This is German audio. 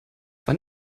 wann